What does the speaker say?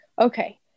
Okay